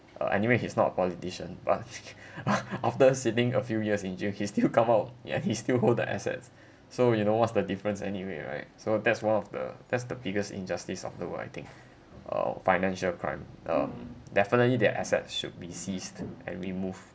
uh anyway he's not a politician but af~ after sitting a few years in jail he still come out yeah he still hold the assets so you know what's the difference anyway right so that's one of the that's the biggest injustice of the world I think uh financial crime um definitely their assets should be seized and remove